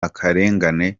akarengane